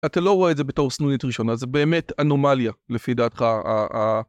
אתה לא רואה את זה בתור סנונית ראשונה, זה באמת אנומליה לפי דעתך ה.. ה..